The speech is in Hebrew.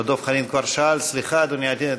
דב חנין כבר שאל, סליחה, אדוני.